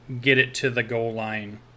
get-it-to-the-goal-line